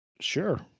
Sure